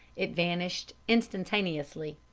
it vanished instantaneously.